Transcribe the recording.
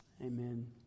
Amen